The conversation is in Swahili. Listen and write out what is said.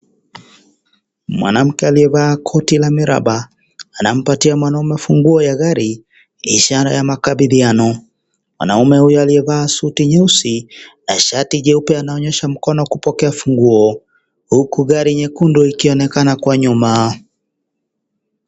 Mwanamke aliyevaa koti la miraba anampatia mwanaume funguo ya gari ni ishara ya makabiliano, mwanaume huyo aliyevaa suti nyeusi na shati jeupe anaonyesha mkono kupokea funguo huku gari nyekundu ikionekana kwa nyuma.